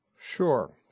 Sure